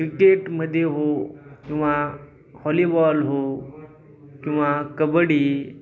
क्रिकेटमध्ये हो किंवा हॉलीबॉल हो किंवा कबड्डी